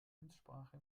amtssprache